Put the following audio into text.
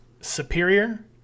Superior